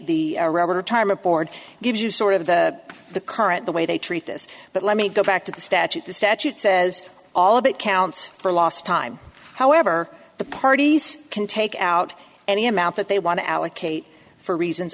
board gives you sort of the the current the way they treat this but let me go back to the statute the statute says all of it counts for last time however the parties can take out any amount that they want to allocate for reasons